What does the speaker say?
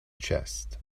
chest